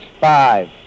Five